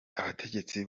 abategetsi